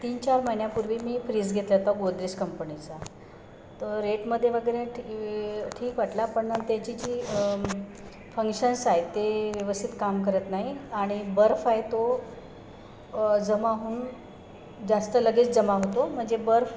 तीन चार महिन्यापूर्वी मी फ्रीज घेतला होता गोदरेज कंपनीचा तर रेटमध्ये वगैरे ठी ठीक वाटला पण त्याची जी फंक्शन्स आहे ते व्यवस्थित काम करत नाही आणि बर्फ आहे तो जमा होऊन जास्त लगेच जमा होतो म्हणजे बर्फ